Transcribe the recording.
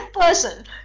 person